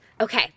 Okay